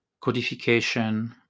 codification